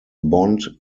bond